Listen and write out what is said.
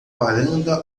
varanda